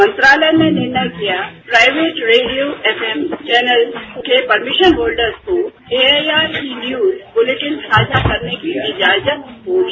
मंत्रालय ने निर्णय किया प्राइवेट रेडियो एफएम चौनल्स के प्रमीशन होल्डर्स को एआईआर की न्यूज बुलेटिन साझा करने की इजाजत होगी